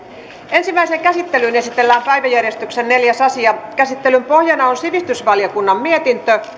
ensimmäiseen käsittelyyn esitellään päiväjärjestyksen neljäs asia käsittelyn pohjana on sivistysvaliokunnan mietintö